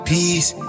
Peace